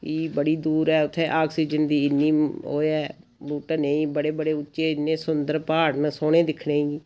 एह् बड़ी दूर ऐ उत्थै आक्सीजन दी इ'न्नी ओह् ऐ बूह्टे न बड्डे बड्डे उच्चे इ'न्ने सूुदर प्हाड़ न सोह्ने दिक्खने गी